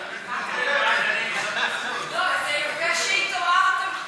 אנחנו עוברים להצבעה.